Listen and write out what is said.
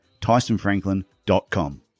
TysonFranklin.com